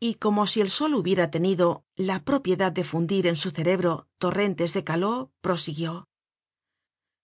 y como si el sol hubiera tenido la propiedad de fundir en su cerebro torrentes de caló prosiguió